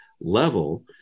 level